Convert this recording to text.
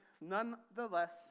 nonetheless